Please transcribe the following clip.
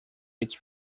its